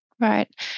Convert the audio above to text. Right